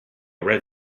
red